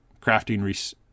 crafting